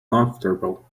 comfortable